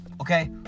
Okay